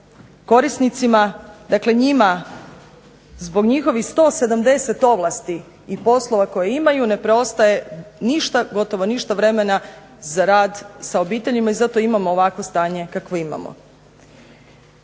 korisnicima, dakle njima, zbog njihovih 170 ovlasti i poslova koje imaju ne preostaje ništa, gotovo ništa vremena za rad sa obiteljima, i zato imamo ovakvo stanje kakvo imamo.